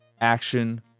action